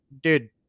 dude